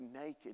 naked